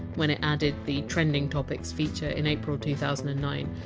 when it added the! trending topics! feature in april two thousand and nine,